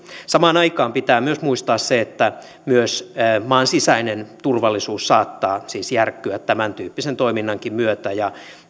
samaan aikaan pitää myös muistaa se että myös maan sisäinen turvallisuus saattaa siis järkkyä tämäntyyppisen toiminnankin myötä ja